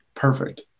Perfect